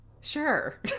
Sure